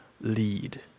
lead